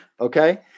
okay